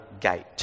gate